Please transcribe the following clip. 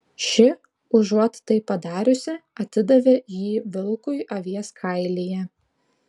ši užuot tai padariusi atidavė jį vilkui avies kailyje